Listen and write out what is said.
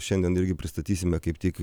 šiandien irgi pristatysime kaip tik